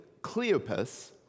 Cleopas